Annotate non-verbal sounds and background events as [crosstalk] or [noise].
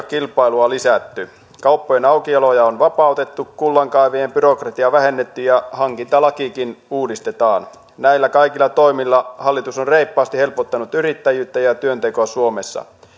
[unintelligible] kilpailua lisätty kauppojen aukioloajat on vapautettu kullankaivajien byrokratiaa vähennettiin ja hankintalakikin uudistetaan näillä kaikilla toimilla hallitus on reippaasti helpottanut yrittäjyyttä ja työntekoa suomessa